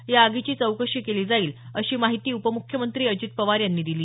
या आगीची चौकशी केली जाईल अशी माहिती उपमुख्यमंत्री अजित पवार यांनी सांगितलं